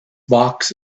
box